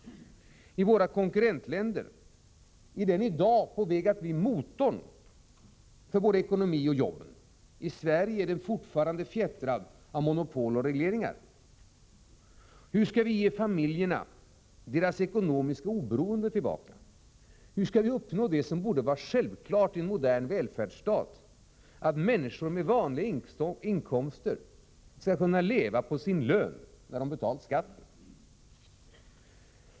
I våra konkurrentländer är den i dag på väg att bli en motor för både ekonomin och jobben. I Sverige är den fortfarande fjättrad av monopol och regleringar. Oo Hur skall vi ge familjerna deras ekonomiska oberoende tillbaka? Hur skall vi uppnå det som borde vara självklart i en modern väldfärdsstat: att människor med vanliga inkomster skall kunna leva på sin egen lön när de har betalat skatten?